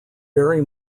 very